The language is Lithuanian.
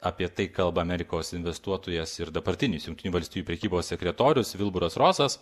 apie tai kalba amerikos investuotojas ir dabartinis jungtinių valstijų prekybos sekretorius vilburas rosas